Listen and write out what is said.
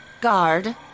guard